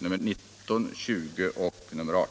19 och 20.